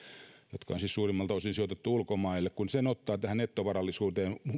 jotka on siis suurimmalta osin sijoitettu ulkomaille kun sen ottaa tähän nettovarallisuuteen